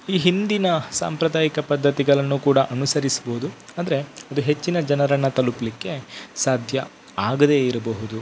ಈ ಹಿಂದಿನ ಸಾಂಪ್ರದಾಯಿಕ ಪದ್ಧತಿಗಳನ್ನು ಕೂಡ ಅನುಸರಿಸ್ಬೋದು ಆದರೆ ಅದು ಹೆಚ್ಚಿನ ಜನರನ್ನು ತಲುಪಲಿಕ್ಕೆ ಸಾಧ್ಯ ಆಗದೇ ಇರಬಹುದು